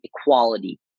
equality